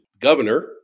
governor